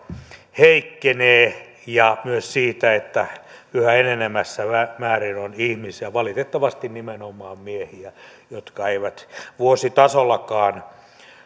heikkenee ja myös siitä että yhä enenevässä määrin on ihmisiä valitettavasti nimenomaan miehiä jotka eivät vuositasollakaan